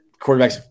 quarterbacks